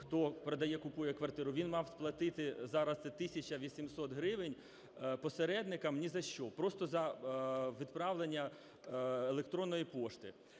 хто продає-купує квартиру, він мав сплатити - зараз це 1 тисячу 800 гривень - посередникам ні за що, просто за відправлення електронної пошти.